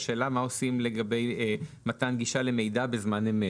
השאלה מה עושים לגבי מתן גישה למידע בזמן אמת.